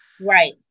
right